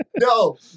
No